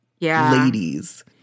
ladies